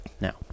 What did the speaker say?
now